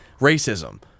racism